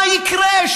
מה יקרה?